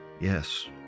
Yes